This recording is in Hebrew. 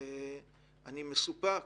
אני מסופק